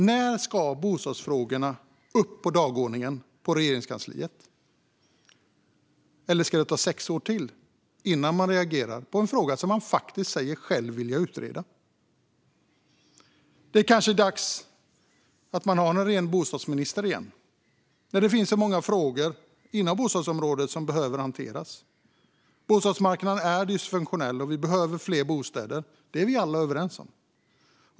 När ska bostadsfrågorna upp på dagordningen på Regeringskansliet? Ska det ta sex år till innan man reagerar i en fråga som man faktiskt själv säger sig vilja utreda? Det kanske är dags att ha en ren bostadsminister igen, när det finns så många frågor inom bostadsområdet som behöver hanteras. Bostadsmarknaden är dysfunktionell, och vi behöver fler bostäder - det är vi alla överens om.